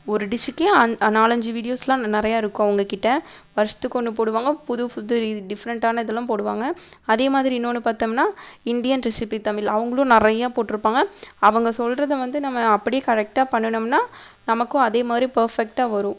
ஒரு டிஷ்ஷுக்கே நாலஞ்சு வீடியோஸ்யெலாம் நிறைய இருக்கும் அவங்க கிட்டே வருஷத்துக்கு ஒன்று போடுவாங்க புது புது டிஃபரண்ட்டான இதெலாம் போடுவாங்க அதே மாதிரி இன்னொன்று பார்த்தோம்னா இந்தியன் ரெஸிப்பீ தமிழ் அவங்குளும் நிறைய போட்டிருப்பாங்க அவங்க சொல்வது வந்து நம்ம அப்படியே கரெக்ட்டாக பண்ணிணோம்னா நமக்கும் அதே மாதிரி பர்ஃபெக்டாக வரும்